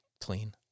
clean